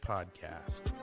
Podcast